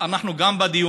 גם לצוות